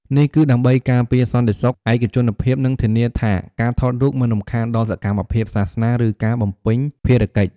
នេះគឺដើម្បីការពារសន្តិសុខ ឯកជនភាព និងធានាថាការថតរូបមិនរំខានដល់សកម្មភាពសាសនា ឬការបំពេញភារកិច្ច។